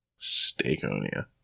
steakonia